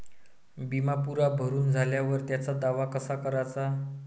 बिमा पुरा भरून झाल्यावर त्याचा दावा कसा कराचा?